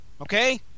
okay